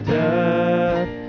death